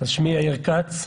שמי יאיר כץ.